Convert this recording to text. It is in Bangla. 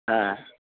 হ্যাঁ